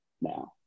now